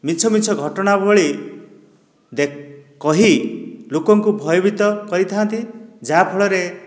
ମିଛ ମିଛ ଘଟଣାବଳୀ କହି ଲୋକଙ୍କୁ ଭୟଭୀତ କରିଥାନ୍ତି ଯାହା ଫଳରେ